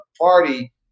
party